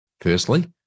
Firstly